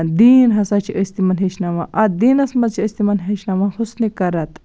دیٖن ہسا چھِ أسۍ تِمن ہیٚچھناوان اَتھ دیٖنَس منٛز چھِ أسۍ تِمن ہیٚچھناوان حُسنِ کَرت